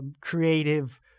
creative